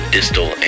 Distal